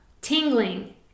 tingling